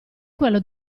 quello